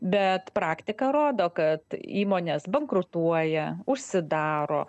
bet praktika rodo kad įmonės bankrutuoja užsidaro